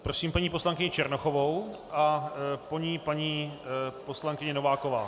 Prosím paní poslankyni Černochovou, po ní paní poslankyně Nováková.